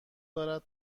دارد